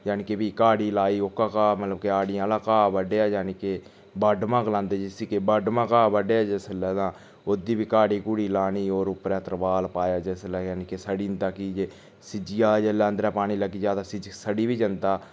जानि कि फ्ही घाढ़ी लाई ओह्का घा मतलब के आडियें आह्ला घा बड्डेआ जानि कि बाडमा गलांदे जिसी कि बाडमा घा बड्डेआ जिस बेल्लै तां ओह्दी बी घाडी घुडी लानी होर उप्परै तरपाल पाया जिसलै जानि के सड़ी जंदा की जे सिज्जी जा जेल्लै तां पानी लग्गी जां ते सिज्जी सड़ी बी जंदा